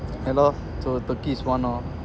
I love so turkey is one lor